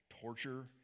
torture